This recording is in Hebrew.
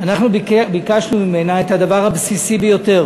אנחנו ביקשנו ממנה את הדבר הבסיסי ביותר: